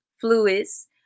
fluids